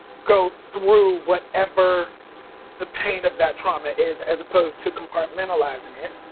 go through whatever the pain of that trauma is as opposed to compartmentalizing it.